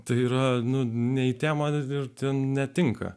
tai yra nu ne į temą ir ten netinka